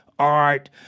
art